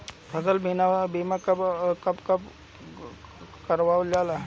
फसल बीमा का कब कब करव जाला?